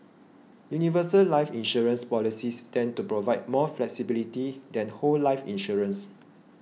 universal life insurance policies tend to provide more flexibility than whole life insurance